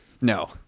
No